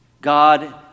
God